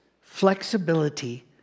Flexibility